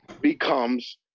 becomes